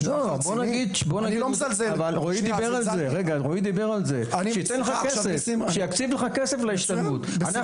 סימון, קודם כל זה שיושב פה ניסים בכר, יש